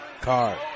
Card